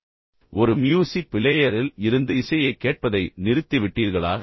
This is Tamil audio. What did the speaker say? இன்னும் சில கேள்விகள் ஒரு மியூசிக் பிளேயரில் இருந்து இசையைக் கேட்பதை நிறுத்திவிட்டீர்களா